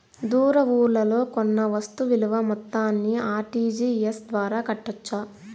దూర ఊర్లలో కొన్న వస్తు విలువ మొత్తాన్ని ఆర్.టి.జి.ఎస్ ద్వారా కట్టొచ్చా?